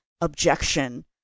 objection